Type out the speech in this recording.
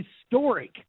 historic